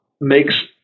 makes